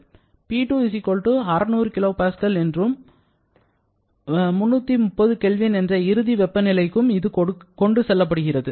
P2 600 kPa என்ற இறுதி அழுத்தத்துக்கும் 330 K என்ற இறுதி வெப்ப நிலைக்கும் இது கொண்டுசெல்லப்படுகிறது